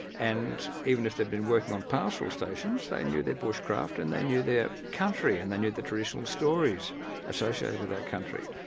and even if they'd been working on pastoral stations, they knew their bushcraft and they knew their country and they knew the traditional stories associated with that country.